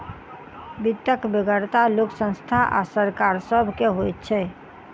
वित्तक बेगरता लोक, संस्था आ सरकार सभ के होइत छै